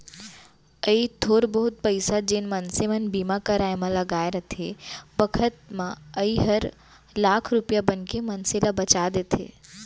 अइ थोर बहुत पइसा जेन मनसे मन बीमा कराय म लगाय रथें बखत म अइ हर लाख रूपया बनके मनसे ल बचा देथे